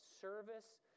Service